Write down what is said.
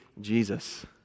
Jesus